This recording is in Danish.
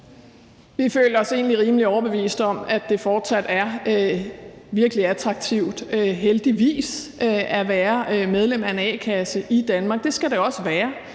Vi føler os egentlig rimelig overbevist om, at det fortsat er virkelig attraktivt, heldigvis, at være medlem af en a-kasse i Danmark. Det skal det også være.